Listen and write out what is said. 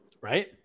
Right